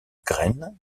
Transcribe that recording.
graines